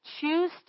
choose